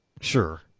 Sure